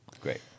Great